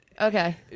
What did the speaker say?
Okay